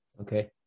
Okay